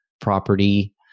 property